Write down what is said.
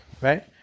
right